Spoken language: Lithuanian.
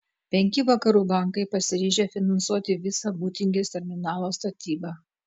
penki vakarų bankai pasiryžę finansuoti visą būtingės terminalo statybą